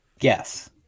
Yes